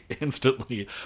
instantly